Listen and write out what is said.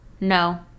No